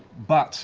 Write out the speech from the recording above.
but